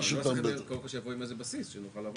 קודם כל שיבואו עם איזשהו בסיס, שנועל לעבוד איתו.